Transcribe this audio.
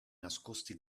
nascosti